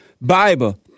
Bible